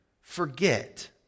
forget